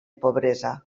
pobresa